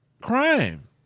crime